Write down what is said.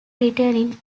returning